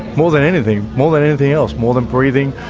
more than anything, more than anything else more than breathing,